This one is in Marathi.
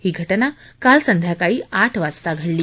ही घटना काल संध्याकाळी आठ वाजता घडली